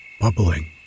bubbling